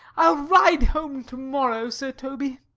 i'll ride home to-morrow, sir toby.